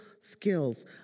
skills